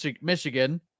Michigan